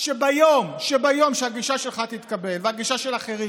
שביום שהגישה שלך תתקבל, והגישה של אחרים,